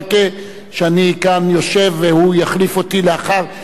שאני כאן יושב והוא יחליף אותי לאחר שנסיים את